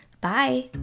Bye